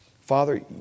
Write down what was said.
Father